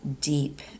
deep